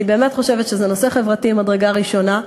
אני באמת חושבת שזה נושא חברתי ממדרגה ראשונה,